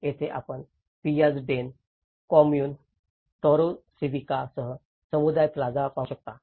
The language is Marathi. येथे आपण Piazza del Comune Torre Civica सह समुदाय प्लाझा पाहू शकता